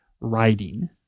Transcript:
writing